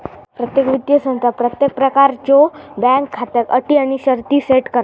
प्रत्येक वित्तीय संस्था प्रत्येक प्रकारच्यो बँक खात्याक अटी आणि शर्ती सेट करता